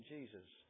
Jesus